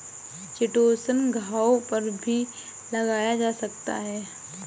chitosan घावों पर भी लगाया जा सकता है